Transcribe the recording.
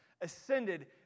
ascended